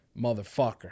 motherfucker